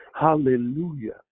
Hallelujah